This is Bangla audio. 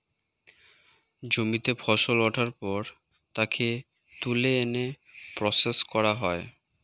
জমিতে ফসল ওঠার পর তাকে তুলে এনে প্রসেস করা হয়